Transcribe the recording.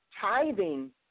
tithing